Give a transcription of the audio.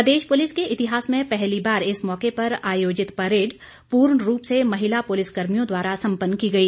प्रदेश police के इतिहास में पहली बार इस मौके पर आयोजित परेड पूर्ण रूप से महिला पुलिस कर्मियों द्वारा सम्पन्न की गई